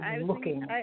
looking